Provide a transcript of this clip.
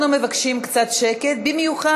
אנחנו מבקשים קצת שקט, בייחוד